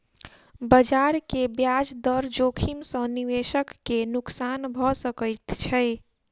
बजार के ब्याज दर जोखिम सॅ निवेशक के नुक्सान भ सकैत छै